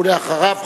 אחריו,